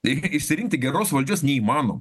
reikia išsirinkti geros valdžios neįmanoma